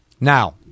Now